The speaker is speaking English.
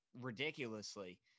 ridiculously